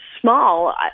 small